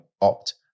opt